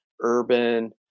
urban